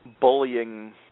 Bullying